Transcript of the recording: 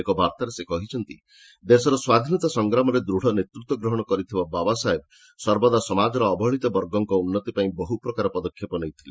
ଏକ ବାର୍ଭାରେ ସେ କହିଛନ୍ତି ଦେଶର ସ୍ୱାଧୀନତା ସଂଗ୍ରାମରେ ଦୂଢ଼ ନେତୃତ୍ୱ ଗ୍ରହଣ କରିଥିବା ବାବାସାହେବ ସର୍ବଦା ସମାଜର ଅବହେଳିତ ବର୍ଗଙ୍କ ଉନ୍ନତି ପାଇଁ ବହୁ ପ୍ରକାର ପଦକ୍ଷେପ ନେଇଥିଲେ